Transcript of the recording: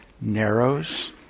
narrows